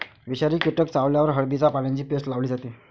विषारी कीटक चावल्यावर हळदीच्या पानांची पेस्ट लावली जाते